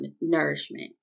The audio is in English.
nourishment